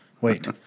Wait